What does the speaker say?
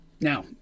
Now